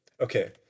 Okay